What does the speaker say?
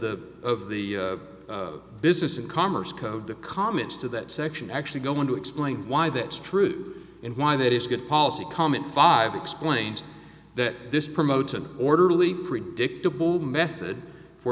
the of the business of commerce code the comments to that section actually go on to explain why that is true and why that is good policy comment five explained that this promotes an orderly predictable method for